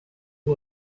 the